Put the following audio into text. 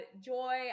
joy